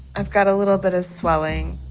i've got a little bit of swelling.